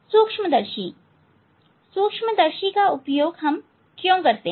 सूक्ष्मदर्शी सूक्ष्मदर्शी का उपयोग हम क्यों करते हैं